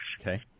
Okay